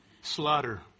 Slaughter